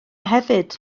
hefyd